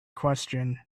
question